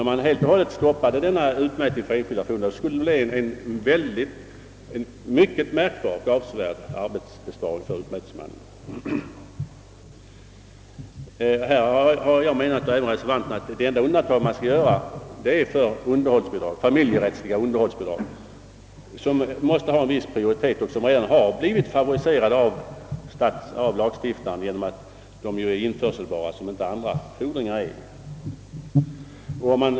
Om däremot denna möjlighet till utmätning för enskild fordran helt och hållet stoppades, skulle det medföra en avsevärd arbetsbesparing för utmätningsmannen. Reservanterna och jag anser att det enda undantag som behöver göras är utmätning för familjerättsliga underhållsbidrag, som måste ha en viss prioritet och som redan blivit favoriserade av lagstiftaren genom att de i motsats till andra fordringar är införselbara.